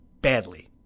Badly